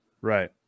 right